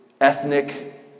ethnic